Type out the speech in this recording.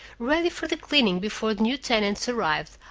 ready for the cleaning before the new tenants arrived,